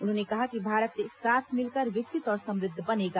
उन्होंने कहा कि भारत साथ मिलकर विकसित और समृद्व बनेगा